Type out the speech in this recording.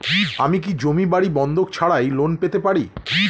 আমি কি জমি বাড়ি বন্ধক ছাড়াই লোন পেতে পারি?